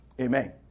Amen